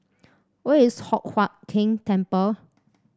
where is Hock Huat Keng Temple